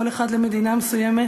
כל אחד למדינה מסוימת